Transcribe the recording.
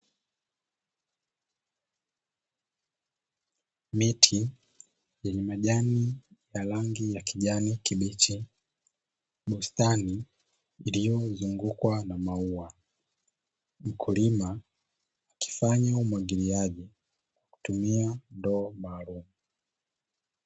Miti yenye majani ya rangi ya kijani kibichi, bustani iliyozungukwa na maua, mkulima akifanya umwagiliaji kwa kutumia ndoo maalumu.